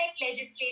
legislation